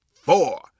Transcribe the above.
four